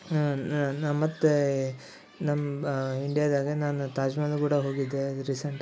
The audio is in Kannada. ನಾ ನಾ ಮತ್ತೆ ನಮ್ಮ ಇಂಡಿಯಾದಾಗೆ ನಾನು ತಾಜ್ಮಹಲ್ ಕೂಡ ಹೋಗಿದ್ದೆ ಅದು ರೀಸೆಂಟಾಗಿ